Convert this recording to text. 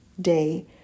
day